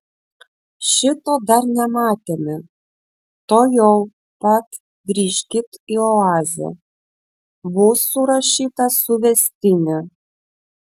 šito dar nematėme tuojau pat grįžkit į oazę bus surašyta suvestinė